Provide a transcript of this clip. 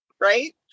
right